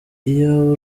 iyaba